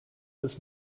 was